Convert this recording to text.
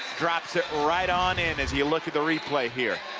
drops it right on in as you look at the replay here.